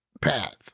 Path